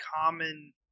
Common